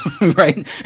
Right